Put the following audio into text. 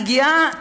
אני גאה,